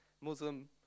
Muslim